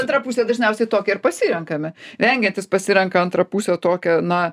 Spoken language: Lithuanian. antra pusė dažniausiai tokią ir pasirenkame vengiantys pasirenka antrą pusę tokią na